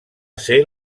ser